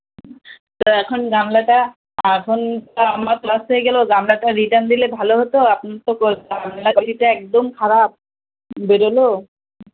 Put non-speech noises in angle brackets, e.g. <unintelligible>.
তো এখন গামলাটা এখন তো আমার কাজ হয়ে গেলেও গামলাটা রিটার্ন দিলে ভালো হতো আপনি তো <unintelligible> তো গামলার কোয়ালিটিটা একদম খারাপ বেরোলো